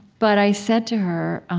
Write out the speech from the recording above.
but i said to her,